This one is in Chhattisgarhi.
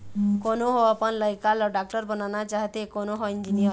कोनो ह अपन लइका ल डॉक्टर बनाना चाहथे, कोनो ह इंजीनियर